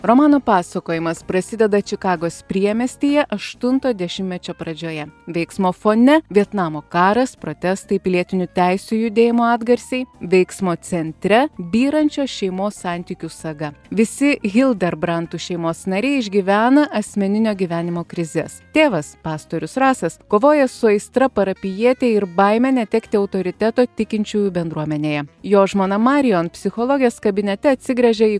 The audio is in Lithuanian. romano pasakojimas prasideda čikagos priemiestyje aštunto dešimtmečio pradžioje veiksmo fone vietnamo karas protestai pilietinių teisių judėjimo atgarsiai veiksmo centre byrančios šeimos santykių saga visi hilderbrantų šeimos nariai išgyvena asmeninio gyvenimo krizes tėvas pastorius rasas kovoja su aistra parapijietei ir baime netekti autoriteto tikinčiųjų bendruomenėje jo žmona marijon psichologės kabinete atsigręžia į